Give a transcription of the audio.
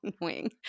annoying